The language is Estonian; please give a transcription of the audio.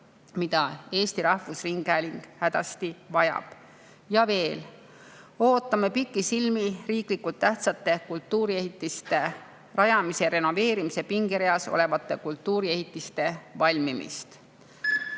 mida Eesti Rahvusringhääling hädasti vajab. Ja veel, ootame pikisilmi riiklikult tähtsate kultuuriehitiste rajamise ja renoveerimise pingereas olevate kultuuriehitiste valmimist.